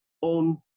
on